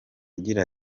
agira